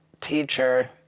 teacher